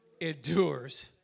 endures